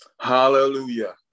Hallelujah